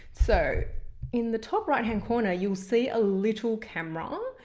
so in the top right hand corner you will see a little camera, um